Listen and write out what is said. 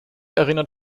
erinnert